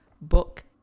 Book